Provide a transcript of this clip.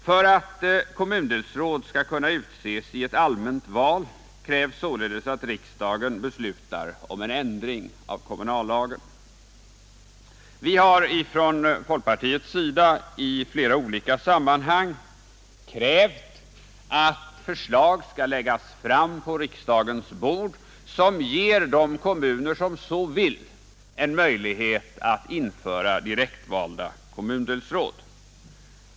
För att kommundelsråd skall kunna utses i ett allmänt val krävs således att riksdagen beslutar om en ändring av kommunallagen. Vi har från folkpartiets sida i flera olika sammanhang krävt att förslag skall läggas på riksdagens bord som ger de kommuner som så vill en möjlighet att införa direktvalda kommundelsråd.